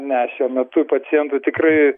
ne šiuo metu pacientų tikrai